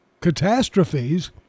catastrophes